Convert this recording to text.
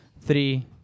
Three